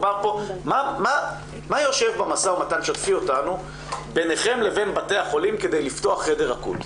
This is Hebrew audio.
מה יושב במשא ומתן ביניכם לבין בתי החולים כדי לפתוח חדר אקוטי.